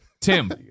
Tim